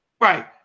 right